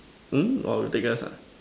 hmm !wah! with Douglas ah